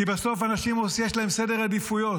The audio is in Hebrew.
כי בסוף, אנשים, יש להם סדר עדיפויות.